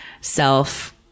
self